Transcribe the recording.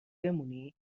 بمونی